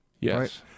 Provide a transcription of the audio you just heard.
Yes